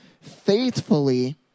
faithfully